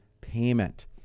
payment